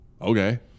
okay